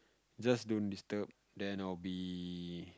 just don't disturb then I'll be